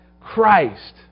Christ